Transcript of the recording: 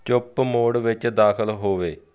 ਚੁੱਪ ਮੋਡ ਵਿੱਚ ਦਾਖਲ ਹੋਵੋ